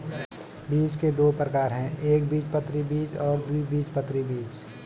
बीज के दो प्रकार है एकबीजपत्री बीज और द्विबीजपत्री बीज